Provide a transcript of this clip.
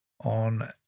on